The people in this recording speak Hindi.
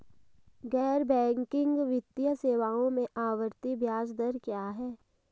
गैर बैंकिंग वित्तीय सेवाओं में आवर्ती ब्याज दर क्या है?